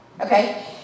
Okay